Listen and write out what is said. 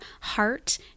heart